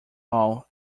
all